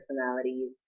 personalities